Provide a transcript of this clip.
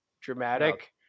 dramatic